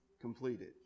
completed